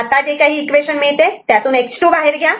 आता जे काही इक्वेशन मिळते त्यातून X2 बाहेर घ्या